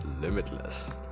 limitless